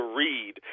read